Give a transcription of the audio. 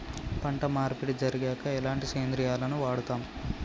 పంట మార్పిడి జరిగాక ఎలాంటి సేంద్రియాలను వాడుతం?